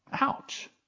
Ouch